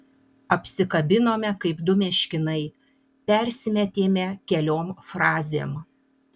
apsikabinome kaip du meškinai persimetėme keliom frazėm